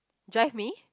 drive me